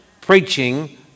preaching